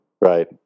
Right